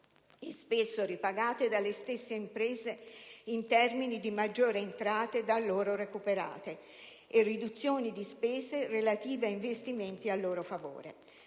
spesso ripagate dalle stesse imprese in termini di maggiori entrate da loro recuperate e riduzioni di spese relative a investimenti a loro favore.